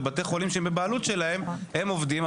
ובבתי חולים שהם בבעלות שלהן הם עובדים.